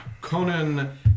Conan